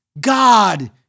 God